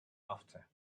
after